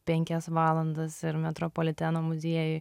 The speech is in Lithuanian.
penkias valandas ir metropoliteno muziejuj